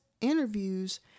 interviews